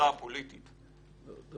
עובדי הפרקליטות, ולא לפתוח לדם חדש, לדעות